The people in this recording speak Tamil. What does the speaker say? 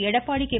எடப்பாடி கே